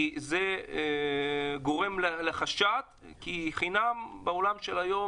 כי זה גורם לחשד כי חינם בעולם של היום?